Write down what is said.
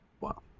Wow